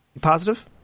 Positive